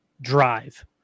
drive